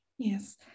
Yes